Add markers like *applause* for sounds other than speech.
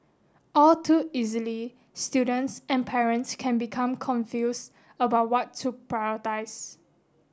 all too easily students and parents can become confused about what to *unintelligible*